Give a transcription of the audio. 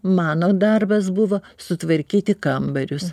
mano darbas buvo sutvarkyti kambarius